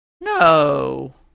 No